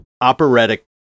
operatic